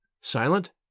silent